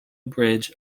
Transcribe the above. bridge